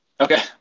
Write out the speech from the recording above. Okay